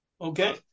Okay